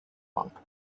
monk